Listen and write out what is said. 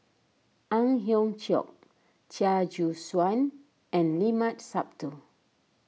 Ang Hiong Chiok Chia Choo Suan and Limat Sabtu